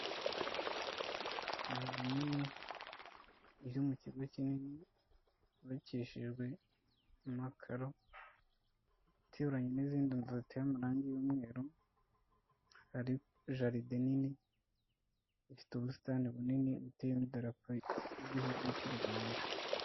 Inzu nini zo mu kigo kinini yubakishijwe amakaro ituranye n'izindi nzu ziteye amarangi y'umweru, hari jaride nini ifite ubusitani bunini buteyeho n'idarapo ry'igihugu cy'u Rwanda.